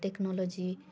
technology